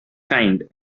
kind